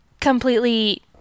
completely